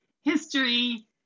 history